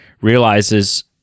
realizes